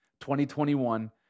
2021